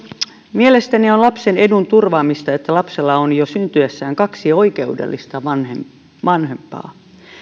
mielestäni on lapsen edun turvaamista että lapsella on jo syntyessään kaksi oikeudellista vanhempaa vanhempaa